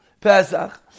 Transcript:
Pesach